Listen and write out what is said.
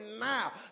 now